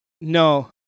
No